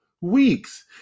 weeks